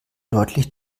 deutlich